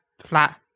flat